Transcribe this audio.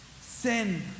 Sin